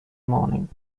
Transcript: morning